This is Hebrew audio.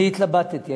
אני התלבטתי,